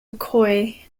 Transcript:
mccoy